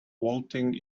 vaulting